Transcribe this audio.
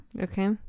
Okay